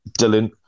Dylan